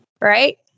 Right